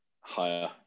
Higher